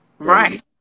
right